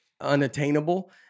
unattainable